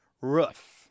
roof